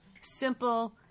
simple